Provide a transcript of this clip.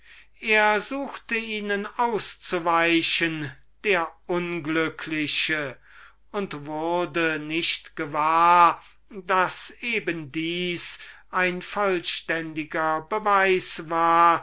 er suchte ihnen auszuweichen der unglückliche und wurde nicht gewahr daß eben dieses ein vollständiger beweis sei